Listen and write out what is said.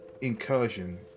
incursion